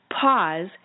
pause